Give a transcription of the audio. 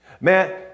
Man